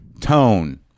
tone